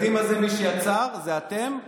מי שיצר את התקדים הזה הוא אתם,